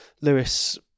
Lewis